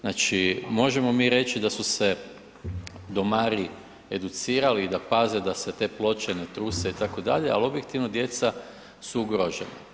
Znači možemo mi reći da su domari educirali i da paze da se te ploče ne truse itd., ali objektivno djeca su ugrožena.